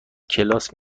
کلاس